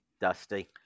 Dusty